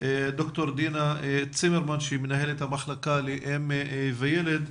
ד"ר דינה צימרמן שהיא מנהלת המחלקה לאם וילד.